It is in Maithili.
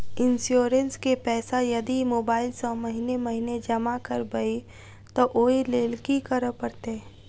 इंश्योरेंस केँ पैसा यदि मोबाइल सँ महीने महीने जमा करबैई तऽ ओई लैल की करऽ परतै?